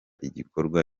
igikorwa